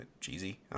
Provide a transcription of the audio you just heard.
cheesy